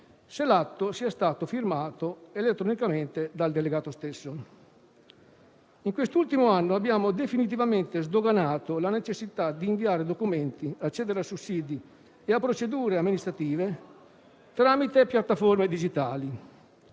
l'atto sia stato firmato elettronicamente dal delegato stesso. In quest'ultimo anno, abbiamo definitivamente sdoganato la necessità di inviare documenti, accedere a sussidi e a procedure amministrative tramite piattaforme digitali.